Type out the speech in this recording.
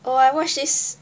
oh I watch this